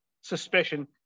suspicion